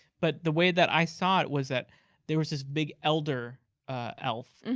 but the way that i saw it was that there was this big elder elf,